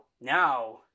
now